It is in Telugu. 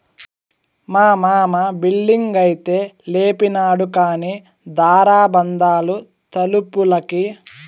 మా మామ బిల్డింగైతే లేపినాడు కానీ దార బందాలు తలుపులకి